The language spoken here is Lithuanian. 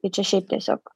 tai čia šiaip tiesiog